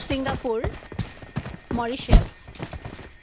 Singapore Mauritius